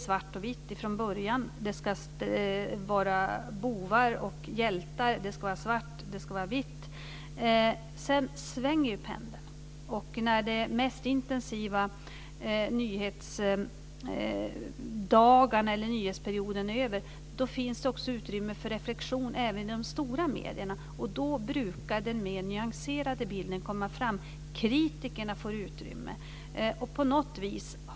Det ska vara bovar och hjältar. Det ska vara svart. Det ska vara vitt. Sedan svänger pendeln. När den mest intensiva nyhetsperioden är över finns det utrymme för reflexion, även i de stora medierna. Då brukar den mer nyanserade bilden komma fram. Kritikerna får utrymme.